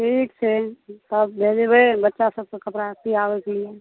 ठीक छै तब भेजेबय बच्चा सबके कपड़ा सियाबयके लिये